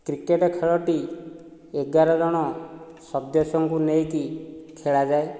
cricket ଖେଳଟି ଏଗାର ଜଣ ସଦସ୍ୟଙ୍କୁ ନେଇକି ଖେଳାଯାଏ